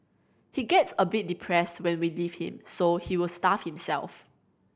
he gets a bit depressed when we leave him so he will starve himself